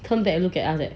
come back and look at us leh